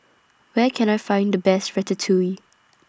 Where Can I Find The Best Ratatouille